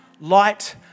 Light